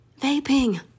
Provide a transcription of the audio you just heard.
Vaping